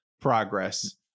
progress